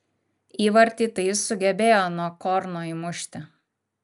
įvartį tai jis sugebėjo nuo korno įmušti